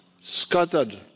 scattered